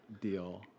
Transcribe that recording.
deal